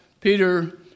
Peter